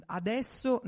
adesso